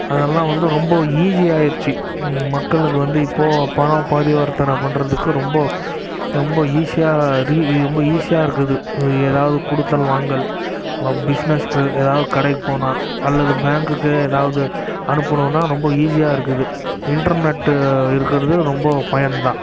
அதெலாம் வந்து ரொம்ப ஈஸி ஆகிருச்சி மக்களுக்கு வந்து இப்போது பணம் பரிவர்த்தனை பண்ணுறத்துக்கு ரொம்ப ரொம்ப ஈஸியாக ரீ ரொம்ப ஈஸியாக இருக்குது ஏதாவது கொடுத்தல் வாங்கல் பிசினஸ்க்கு ஏதாவது கடைக்கு போனால் அல்லது பேங்குக்கு ஏதாவது அனுப்பினுனா ரொம்ப ஈஸியாக இருக்குது இன்டர்நெட்டு இருக்கிறது ரொம்ப பயன்தான்